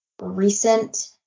recent